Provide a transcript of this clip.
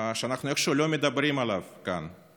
שאנחנו איכשהו לא מדברים עליו כאן.